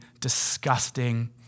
disgusting